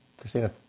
Christina